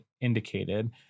indicated